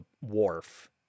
wharf